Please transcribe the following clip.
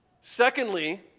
Secondly